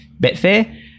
Betfair